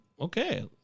okay